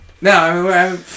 No